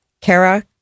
Kara